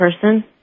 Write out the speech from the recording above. person